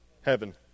heaven